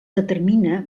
determina